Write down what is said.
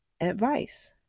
advice